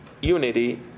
unity